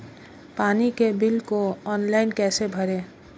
पानी के बिल को ऑनलाइन कैसे भरें?